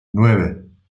nueve